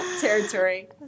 territory